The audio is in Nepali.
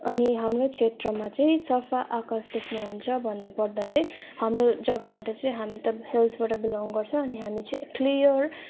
अनि हाम्रो क्षेत्रमा चाहिँ सफा आकाश देख्नुहुन्छ भन्नुपर्दा चाहिँ हाम्रो जग्गाबाट चाहिँ हामी त हिल्सबाट बिलङ गर्छ अनि हामी चाहिँ क्लियर